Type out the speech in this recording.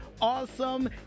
awesome